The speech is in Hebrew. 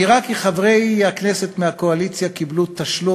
נראה כי חברי הכנסת מהקואליציה קיבלו תשלום